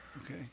Okay